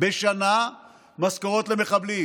בשנה משכורות למחבלים,